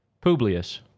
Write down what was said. Publius